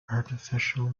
artificial